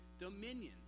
dominion